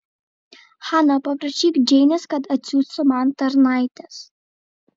hana paprašyk džeinės kad atsiųstų man tarnaites